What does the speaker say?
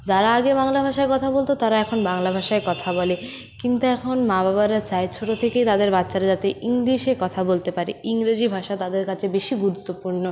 যারা আগে বাংলা ভাষায় কথা বলত তারা এখন বাংলা ভাষায় কথা বলে কিন্তু এখন মা বাবারা চায় ছোটো থেকেই তাদের বাচ্চারা যাতে ইংলিশে কথা বলতে পারে ইংরেজি ভাষা তাদের কাছে বেশি গুরুত্বপূর্ণ